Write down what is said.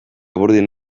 burdin